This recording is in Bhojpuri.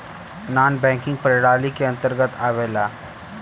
नानॅ बैकिंग प्रणाली के अंतर्गत आवेला